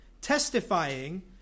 testifying